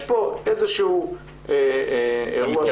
יש פה איזשהו אירוע שאי אפשר --- אתה